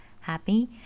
happy